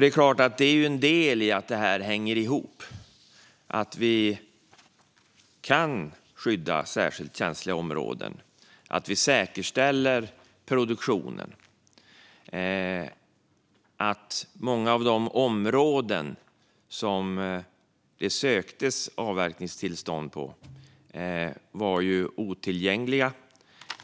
Det är en del i att det hela hänger ihop: Vi kan skydda särskilda områden, och vi säkerställer produktionen. Många av de områden som det söktes avverkningstillstånd för var otillgängliga